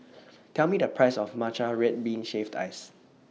Tell Me The Price of Matcha Red Bean Shaved Ice